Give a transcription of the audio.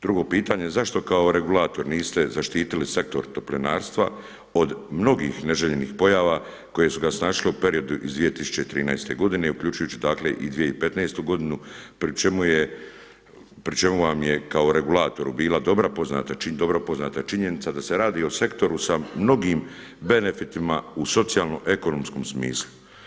Drugo pitanje zašto kao regulator niste zaštitili Sektor toplinarstva od mnogih neželjenih pojava koje su ga snašle u periodu iz 2013. godine i uključujući dakle i 2015. godinu pri čemu vam je kao regulatoru bila dobro poznata činjenica da se radi o sektoru sa mnogim benefitima u socijalno-ekonomskom smislu.